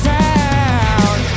town